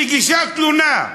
מגישה תלונה,